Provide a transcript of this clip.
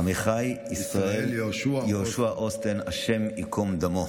עמיחי ישראל יהושע אוסטר, השם ייקום דמו.